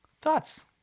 thoughts